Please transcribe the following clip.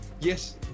Yes